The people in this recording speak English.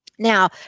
Now